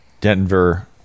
Denver